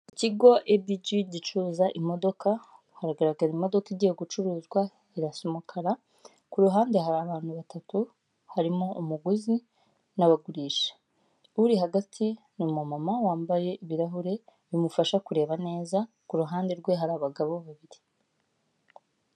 Ikigo edigi gicuruza imodoka, haragaragara imodoka igiye gucuruzwa irasa umukara ku ruhande hari abantu batatu harimo umuguzi nabagurisha uri hagati ni mama wambaye ibirahure bimufasha kureba neza kuruhande rwe hari abagabo babiri